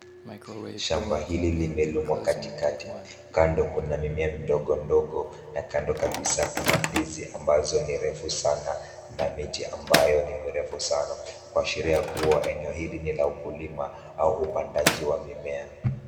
Shamba hili limelimwa katikati. Kando kuna mimea ndogo ndogo, na kando kabisa kuna ndizi ambazo ni refu sana na miti ambayo ni mirefu sana. Kuashiria kua eneo hili ni la ukulima, au upandaji wa mimea.